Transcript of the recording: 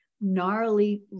gnarly